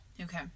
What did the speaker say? Okay